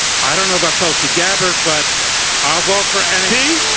i don't know about tulsi gabbard but i'll vote for angie